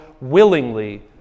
willingly